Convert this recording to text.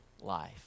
life